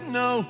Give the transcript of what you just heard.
no